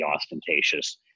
ostentatious